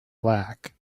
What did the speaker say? black